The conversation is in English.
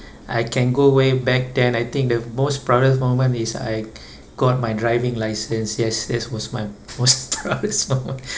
I can go way back then I think the most proudest moment is I got my driving license yes this was my most proudest moment